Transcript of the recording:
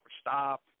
stop